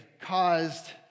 caused